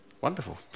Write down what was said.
Wonderful